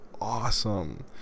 awesome